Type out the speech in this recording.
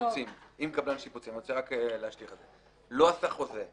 כלומר אם קבלן שיפוצים לא עשה חוזה.